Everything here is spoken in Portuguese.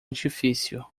edifício